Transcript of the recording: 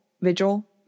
Vigil